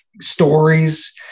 stories